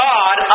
God